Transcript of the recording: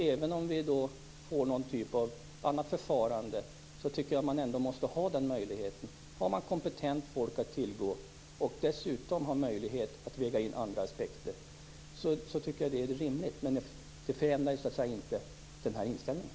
Även om det blir någon typ av annat förfarande måste man ändå ha den möjligheten. Finns det kompetent folk att tillgå är det rimligt, men det förändrar inte den här inställningen.